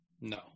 No